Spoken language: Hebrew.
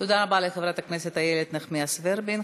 תודה רבה לחברת הכנסת איילת נחמיאס ורבין.